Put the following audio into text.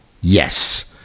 Yes